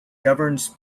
governs